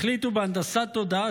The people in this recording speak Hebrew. החליטו בהנדסת תודעה,